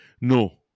No